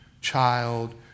child